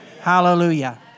Hallelujah